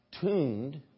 tuned